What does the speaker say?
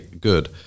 good